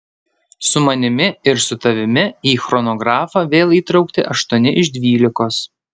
su manimi ir su tavimi į chronografą vėl įtraukti aštuoni iš dvylikos